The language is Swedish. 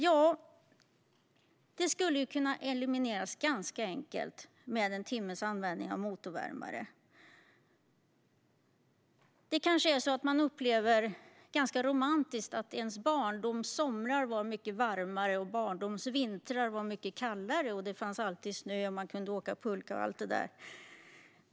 Ja, det skulle kunna elimineras ganska enkelt med en timmes användning av motorvärmare. Man kanske ganska romantiskt upplever att barndomssomrarna var mycket varmare och att barndomsvintrarna var mycket kallare - det fanns alltid snö, och man kunde åka pulka och allt det där.